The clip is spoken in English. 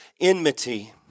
enmity